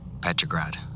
Petrograd